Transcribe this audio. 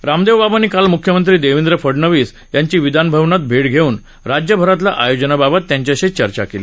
रामदेव बाबांनी काल मुख्यमंत्री देवेंद्र फडनवीस यांची विधानभवनात भेट घेऊन राज्यभरातल्या आयोजनाबाबत त्यांच्याशी चर्चा केली